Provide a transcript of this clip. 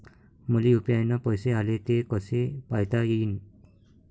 मले यू.पी.आय न पैसे आले, ते कसे पायता येईन?